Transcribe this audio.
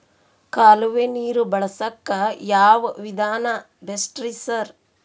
ಕಾಲುವೆ ನೀರು ಬಳಸಕ್ಕ್ ಯಾವ್ ವಿಧಾನ ಬೆಸ್ಟ್ ರಿ ಸರ್?